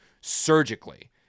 surgically